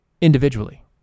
individually